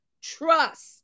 trust